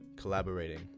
collaborating